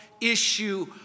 issue